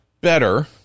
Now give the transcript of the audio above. better